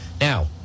Now